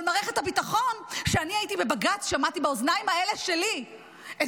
אבל מערכת הביטחון כשאני הייתי בבג"ץ שמעתי באוזניים האלה שלי את